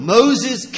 Moses